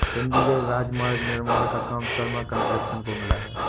चंडीगढ़ राजमार्ग निर्माण का काम शर्मा कंस्ट्रक्शंस को मिला है